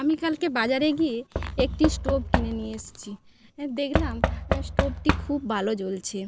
আমি কালকে বাজারে গিয়ে একটি স্টোভ কিনে নিয়ে এসছি দেখলাম স্টোভটি খুব ভালো জ্বলছে